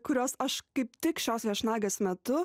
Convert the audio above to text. kurios aš kaip tik šios viešnagės metu